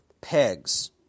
pegs